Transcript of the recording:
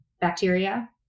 bacteria